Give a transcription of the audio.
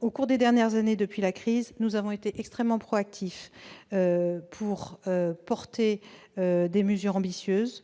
Au cours des dernières années, depuis la crise, nous avons été extrêmement proactifs pour porter des mesures ambitieuses,